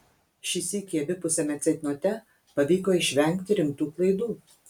šį sykį abipusiame ceitnote pavyko išvengti rimtų klaidų